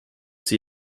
sie